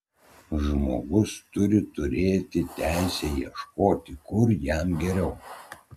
žmogus turi turėti teisę ieškoti kur jam geriau